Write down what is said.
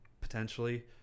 potentially